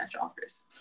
offers